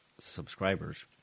Subscribers